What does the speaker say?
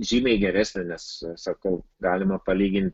žymiai geresnė nes sakau galima palygint